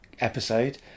episode